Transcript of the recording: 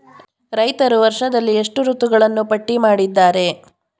ರೈತರು ವರ್ಷದಲ್ಲಿ ಎಷ್ಟು ಋತುಗಳನ್ನು ಪಟ್ಟಿ ಮಾಡಿದ್ದಾರೆ?